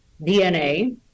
DNA